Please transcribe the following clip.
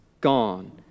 gone